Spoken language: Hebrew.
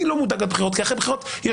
אני לא מודאג לבחירות כי אחרי בחירות יש